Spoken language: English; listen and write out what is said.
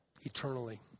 eternally